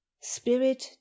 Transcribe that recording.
spirit